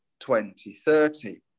2030